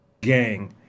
gang